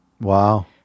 Wow